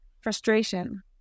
frustration